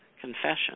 confession